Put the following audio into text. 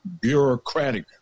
bureaucratic